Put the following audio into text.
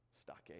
stockade